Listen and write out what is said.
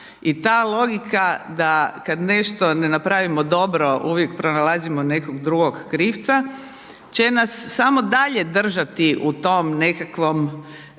I ta logika da kad nešto ne napravimo dobro, uvijek pronalazimo nekog drugog krivca će nas samo dalje držati u tom nekakvom